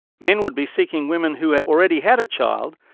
men would be seeking women who had already had a child,